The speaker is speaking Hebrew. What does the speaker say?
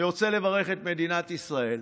אני רוצה לברך את מדינת ישראל.